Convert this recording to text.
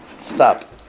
stop